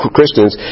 Christians